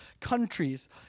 countries